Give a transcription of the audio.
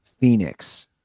Phoenix